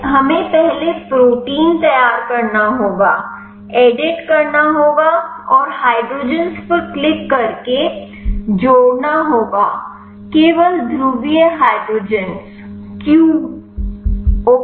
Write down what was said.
तो हमें पहले प्रोटीन तैयार करना होगा एडिट करना होगा और हाइड्रोजन्स पर क्लिक करके जोड़ना होगा केवल ध्रुवीय हयड्रोजन्स क्यू ओके